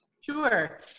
sure